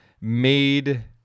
made